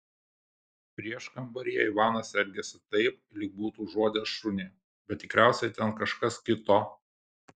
prieškambaryje ivanas elgėsi taip lyg būtų užuodęs šunį bet tikriausiai ten kažkas kito